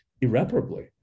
irreparably